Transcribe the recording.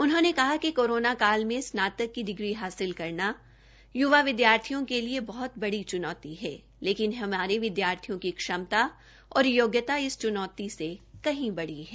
उन्होंने कहा कि कोरोना काल में स्नातक की डिग्री हासिल करना युवा विद्यार्थियों के लिीए बहत बड़ी चुनौती है लेकिन हमारे विद्यार्थियों की श्रमता और योग्यता इस चुनौती से कहीं बड़ी है